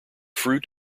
fruit